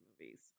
movies